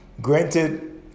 Granted